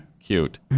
Cute